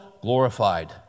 glorified